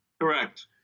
Correct